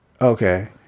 Okay